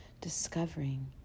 discovering